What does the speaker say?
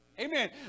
Amen